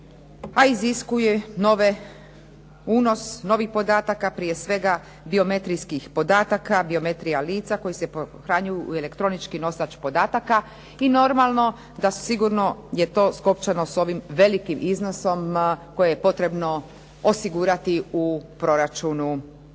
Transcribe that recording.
a iziskuje unos novih podataka, prije svega biometrijskih podataka, biometrija lica, koji se pohranjuju u elektronički nosač podataka. I normalno da sigurno je to skopčano s ovim velikim iznosom koji je potrebno osigurati u proračunu kako